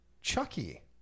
Chucky